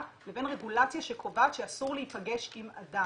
לבין רגולציה שקובעת שאסור להיפגש עם אדם?